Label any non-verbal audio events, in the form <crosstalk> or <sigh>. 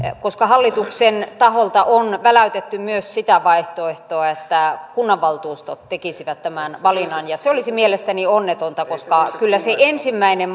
koska hallituksen taholta on väläytetty myös sitä vaihtoehtoa että kunnanvaltuustot tekisivät tämän valinnan ja se olisi mielestäni onnetonta koska kyllä se ensimmäinen <unintelligible>